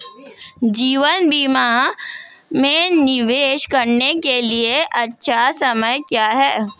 जीवन बीमा में निवेश करने का सबसे अच्छा समय क्या है?